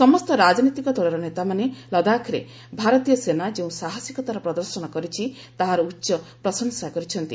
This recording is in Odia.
ସମସ୍ତ ରାଜନୈତିକ ଦଳର ନେତାମାନେ ଲଦାଖରେ ଭାରତୀୟ ସେନା ଯେଉଁ ସାହସିକତାର ପ୍ରଦର୍ଶନ କରିଛି ତାହାର ଉଚ୍ଚ ପ୍ରଶଂସା କରିଛନ୍ତି